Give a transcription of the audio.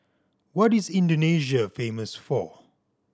what is Indonesia famous for